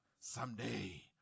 Someday